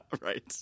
right